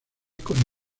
con